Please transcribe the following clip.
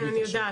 כן, אני יודעת.